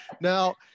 Now